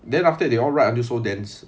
then after that they all write until so dense